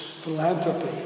philanthropy